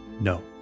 no